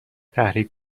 تحریک